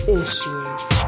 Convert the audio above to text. issues